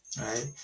Right